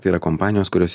tai yra kompanijos kurios